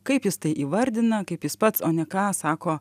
kaip jis tai įvardina kaip jis pats o ne ką sako